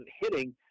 hitting